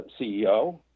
ceo